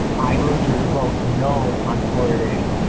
i urge you to vote no on fluoridation.